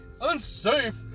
Unsafe